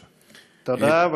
תודה.